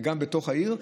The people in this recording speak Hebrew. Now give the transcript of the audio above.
גם בתוך העיר,